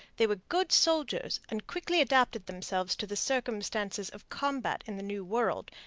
they were good soldiers and quickly adapted themselves to the circumstances of combat in the new world,